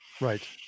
Right